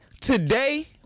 today